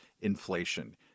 inflation